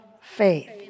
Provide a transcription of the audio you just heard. faith